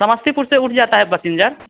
समस्तीपुर से उठ जाता है पैसेन्जर